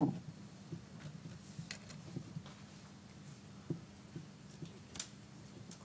כמאה מורים חדשים, זה הצפי, זה החוסר שקיים